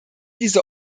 diese